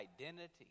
identity